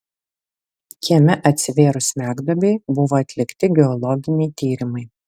kieme atsivėrus smegduobei buvo atlikti geologiniai tyrimai